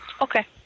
Okay